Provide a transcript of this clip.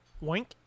Wink